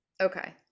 Okay